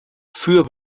für